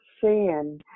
sin